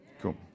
Cool